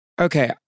Okay